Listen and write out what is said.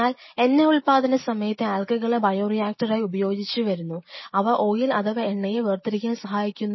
എന്നാൽ എണ്ണ ഉൽപാദന സമയത്ത് ആൽഗകളെ ബയോ റിയാക്ടറായി ഉപയോഗിച്ചു വരുന്നു അവ ഓയിൽ അഥവാ എണ്ണയെ വേർതിരിക്കാൻ സഹായിക്കുന്നു